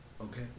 Okay